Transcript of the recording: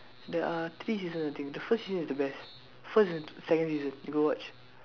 there are three season I think the first season is the best first and second season you go watch